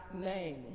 name